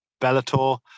bellator